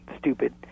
stupid